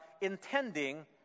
intending